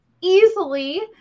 easily